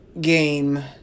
game